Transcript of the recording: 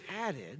added